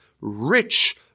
rich